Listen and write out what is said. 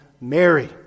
Mary